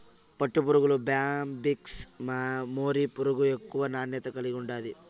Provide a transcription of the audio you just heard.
పట్టుపురుగుల్ల bombyx mori పురుగు ఎక్కువ నాణ్యత కలిగుండాది